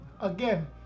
Again